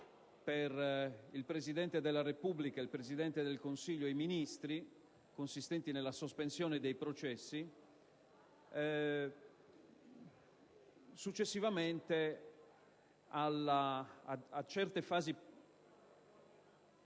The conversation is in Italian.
per il Presidente della Repubblica, il Presidente del Consiglio e i Ministri, consistenti nella sospensione dei processi. *(Brusìo).*